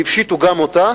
והפשיטו גם אותה,